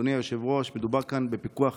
אדוני היושב-ראש, מדובר כאן בפיקוח